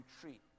treat